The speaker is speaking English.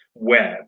web